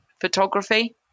photography